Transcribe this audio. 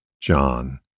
John